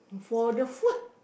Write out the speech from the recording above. for the food